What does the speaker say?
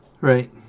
Right